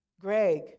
Greg